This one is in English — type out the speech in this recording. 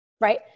right